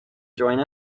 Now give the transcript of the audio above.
join